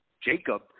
Jacob